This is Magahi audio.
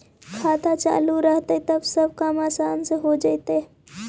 खाता चालु रहतैय तब सब काम आसान से हो जैतैय?